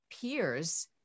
peers